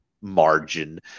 margin